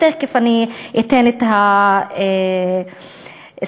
ותכף אתן את הסטטיסטיקה.